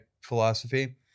philosophy